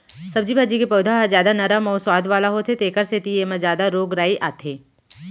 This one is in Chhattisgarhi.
सब्जी भाजी के पउधा ह जादा नरम अउ सुवाद वाला होथे तेखर सेती एमा जादा रोग राई आथे